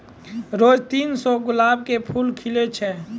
रोज तीन सौ गुलाब के फूल खिलै छै